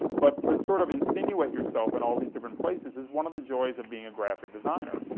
but to sort of insinuate yourself in all these different places is one of the joys of being a graphic designer,